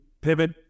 pivot